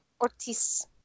Ortiz